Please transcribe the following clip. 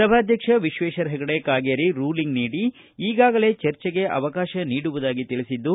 ಸಭಾಧ್ಯಕ್ಷ ವಿಕ್ವೇಶ್ವರ ಹೆಗೆಡೆ ಕಾಗೇರಿ ರೂಲಿಂಗ್ ನೀಡಿ ಈಗಾಗಲೇ ಚರ್ಚೆಗೆ ಅವಕಾಶ ನೀಡುವುದಾಗಿ ತಿಳಿಸಿದ್ದು